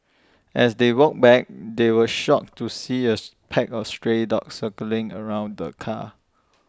as they walked back they were shocked to see as pack of stray dogs circling around the car